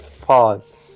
Pause